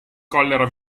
collera